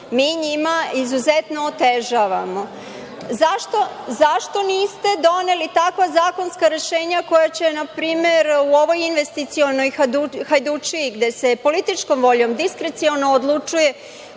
mi njima izuzetno otežavamo.Zašto niste doneli takva zakonska rešenja koja će npr. u ovoj investicionoj hajdučiji, gde se političkom voljom, diskreciono odlučuje